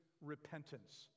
repentance